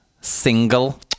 Single